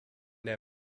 der